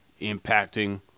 impacting